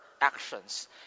actions